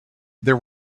there